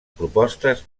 propostes